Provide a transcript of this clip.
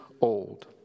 old